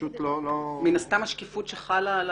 פשוט לא --- מן הסתם השקיפות שחלה על